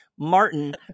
martin